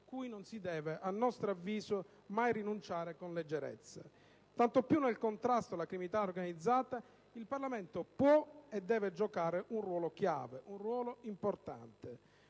cui non si deve, a nostro avviso, mai rinunciare con leggerezza. Tanto più nel contrasto alla criminalità organizzata, il Parlamento può - e deve - giocare un ruolo chiave. Lo dimostra